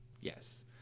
Yes